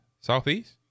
Southeast